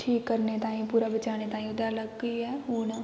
ठीक करने ताईं पूरा बचाने ताईं ओह्दै लेई केह् ऐ हून